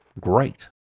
Great